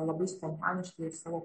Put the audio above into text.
labai spontaniškai ir savo